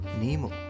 Nemo